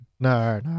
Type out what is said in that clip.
No